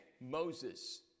Moses